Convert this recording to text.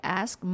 ask